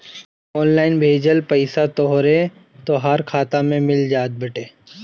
online भेजल पईसा तोहके तोहर खाता में मिल जात बाटे